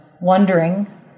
wondering